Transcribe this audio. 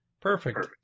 Perfect